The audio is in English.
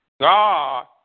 God